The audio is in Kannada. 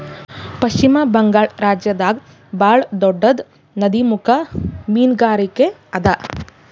ಪಶ್ಚಿಮ ಬಂಗಾಳ್ ರಾಜ್ಯದಾಗ್ ಭಾಳ್ ದೊಡ್ಡದ್ ನದಿಮುಖ ಮೀನ್ಗಾರಿಕೆ ಅದಾ